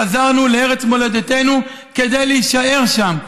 חזרנו לארץ מולדתנו כדי להישאר שם.